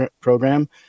program